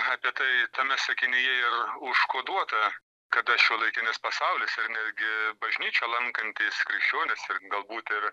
apie tai tame sakinyje ir užkoduota kada šiuolaikinis pasaulis ir netgi bažnyčią lankantys krikščionys ir galbūt ir